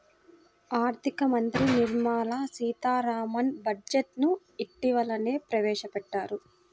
ఆర్ధిక మంత్రి నిర్మలా సీతారామన్ బడ్జెట్ ను ఇటీవలనే ప్రవేశపెట్టారు